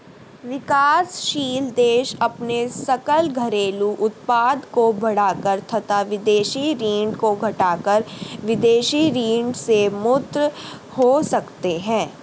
विकासशील देश अपने सकल घरेलू उत्पाद को बढ़ाकर तथा विदेशी ऋण को घटाकर विदेशी ऋण से मुक्त हो सकते हैं